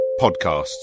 podcasts